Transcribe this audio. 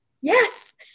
yes